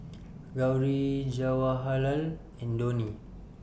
Gauri Jawaharlal and Dhoni